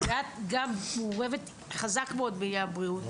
ואת גם מעורבת חזק מאוד בענייני הבריאות,